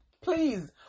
please